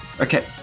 Okay